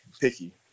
picky